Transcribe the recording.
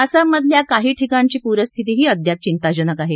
आसाममधल्या काही ठिकाणची पूरस्थितीही अद्याप चिंताजनक आहे